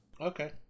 Okay